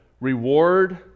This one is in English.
Reward